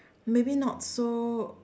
maybe not so